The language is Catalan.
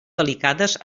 delicades